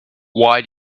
why